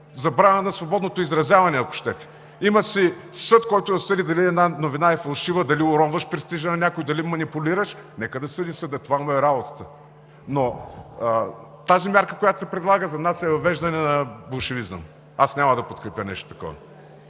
забрана на свободното изразяване, ако щете. Има си съд, който да съди, дали една новина е фалшива, дали уронваш престижа на някого, дали манипулираш – нека да съди съдът, това му е работата, но тази мярка, която се предлага, за нас е въвеждане на болшевизъм. Аз няма да подкрепя нещо такова.